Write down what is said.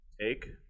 take